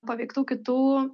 paveiktų kitų